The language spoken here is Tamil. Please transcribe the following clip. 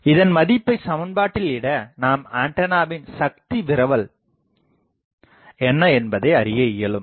இதன் மதிப்பை சமன்பாட்டில்இட நாம் ஆண்டனாவின் சக்தி விரவல் என்ன என்பதை அறிய இயலும்